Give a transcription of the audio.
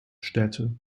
städte